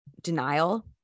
denial